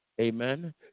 amen